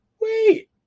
Wait